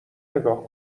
نگاه